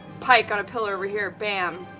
pike on a pillar over here, bam.